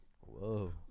whoa